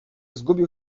zgubił